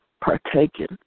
partaken